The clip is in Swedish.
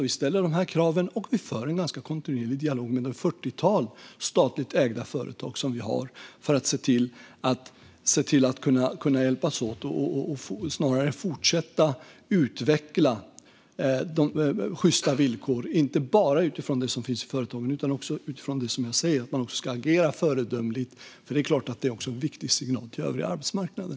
Vi ställer de här kraven och för en ganska kontinuerlig dialog med det fyrtiotal statligt ägda företag som vi har, för att kunna hjälpas åt och fortsätta att utveckla sjysta villkor - inte bara utifrån det som finns i företagen utan också utifrån det som jag här har nämnt om att agera föredömligt. Det är klart att det också är en viktig signal till den övriga arbetsmarknaden.